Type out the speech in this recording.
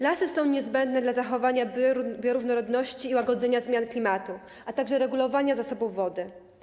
Lasy są niezbędne dla zachowania bioróżnorodności i łagodzenia zmian klimatu, a także regulowania zasobów wody.